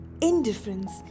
indifference